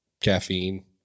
caffeine